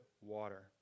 water